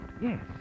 Yes